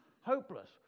Hopeless